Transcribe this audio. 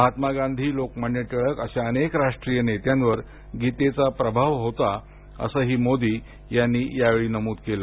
महात्मा गाधी लोकमान्य टिळक अशा अनेक राष्ट्रीय नेत्यांवर गीतेचा प्रभाव होता असं ही मोदी यांनी यावेळी नमूद केलं